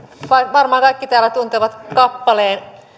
varmaan kaikki täällä tuntevat kappaleen